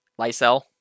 Lysel